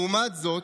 לעומת זאת,